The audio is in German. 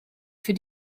für